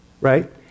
right